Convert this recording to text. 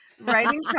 writing